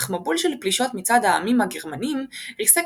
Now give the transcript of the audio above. אך מבול של פלישות מצד העמים הגרמאנים ריסק